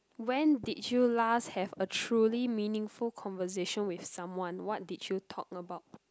when did you last have a truly meaningful conversation with someone what did you talk about